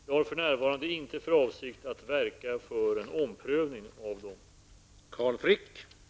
Jag har för närvarande inte för avsikt att verka för en omprövning av dem.